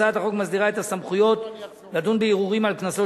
הצעת החוק מסדירה את הסמכויות לדון בערעורים על קנסות